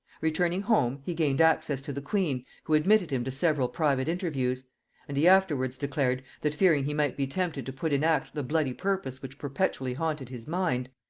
returning home, he gained access to the queen, who admitted him to several private interviews and he afterwards declared, that fearing he might be tempted to put in act the bloody purpose which perpetually haunted his mind,